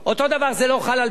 אותו דבר, זה לא חל על פיצויים,